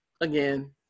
again